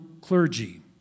clergy